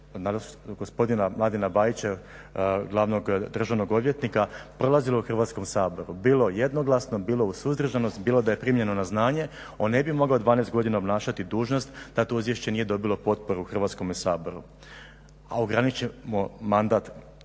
gospodina Mladena Bajića, glavnog državnog odvjetnika prolazilo u Hrvatskom saboru, bilo jednoglasno, bilo suzdržano, bilo da je primljeno na znanje, on ne bi mogao 12 godina obnašati dužnost da to izvješće nije dobilo potporu u Hrvatskome saboru, a ograničimo mandat